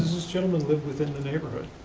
this gentleman live within the neighborhood?